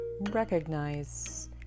recognize